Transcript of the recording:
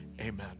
Amen